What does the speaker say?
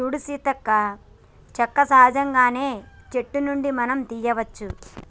సూడు సీతక్క సెక్క సహజంగానే సెట్టు నుండి మనం తీయ్యవచ్చు